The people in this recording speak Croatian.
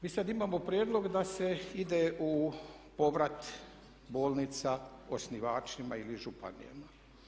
Mi sad imamo prijedlog da se ide u povrat bolnica osnivačima ili županijama.